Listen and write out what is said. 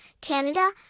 Canada